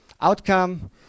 outcome